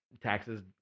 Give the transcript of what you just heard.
taxes